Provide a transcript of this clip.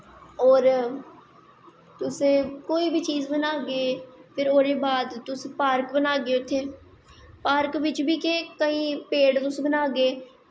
होर तुस कोई बी चीज़ बनागे ओह्दे बाद तुस पार्क बनागे उत्थें पार्क बिच्च बी पेड़ तुस बनागे